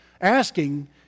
asking